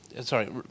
Sorry